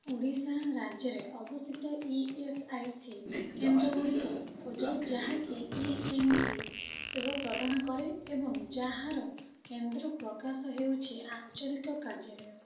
ଓଡ଼ିଶା ରାଜ୍ୟରେ ଅବସ୍ଥିତ E S I C କେନ୍ଦ୍ର ଗୁଡ଼ିକ ଖୋଜ ଯାହାକି ଇ ଏନ୍ ଟି ସେବା ପ୍ରଦାନ କରେ ଏବଂ ଯାହାର କେନ୍ଦ୍ର ପ୍ରକାଶ ହେଉଛି ଆଞ୍ଚଳିକ କାର୍ଯ୍ୟାଳୟ